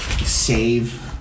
save